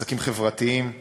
עסקים חברתיים וכו'.